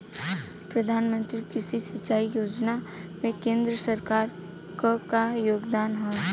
प्रधानमंत्री कृषि सिंचाई योजना में केंद्र सरकार क का योगदान ह?